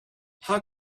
how